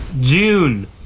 June